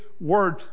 word